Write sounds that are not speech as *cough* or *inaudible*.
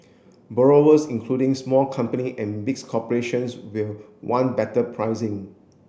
borrowers including small company and *unintelligible* corporations will want better pricing